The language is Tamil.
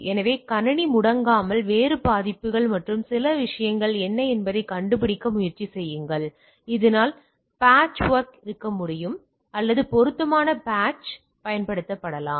எனவே கணினி முடங்காமல் வேறுபட்ட பாதிப்புகள் மற்றும் பிற விஷயங்கள் என்ன என்பதைக் கண்டுபிடிக்க முயற்சி செய்யுங்கள் இதனால் பேட்ச் ஒர்க் இருக்க முடியும் அல்லது பொருத்தமான பேட்சகள் பயன்படுத்தப்படலாம்